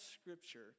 scripture